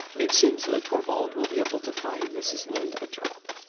it seems that torvald will be able to find mrs linde a job.